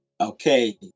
okay